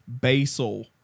basal